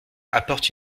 apporte